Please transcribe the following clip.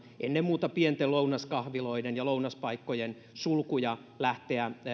ennen muuta pienten lounaskahviloiden ja lounaspaikkojen sulkuja lähteä